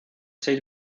seis